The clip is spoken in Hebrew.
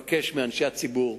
אני מבקש מאנשי הציבור,